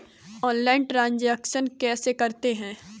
Online transaction कैसे करते हैं?